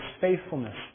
faithfulness